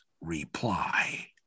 reply